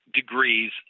degrees